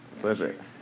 Perfect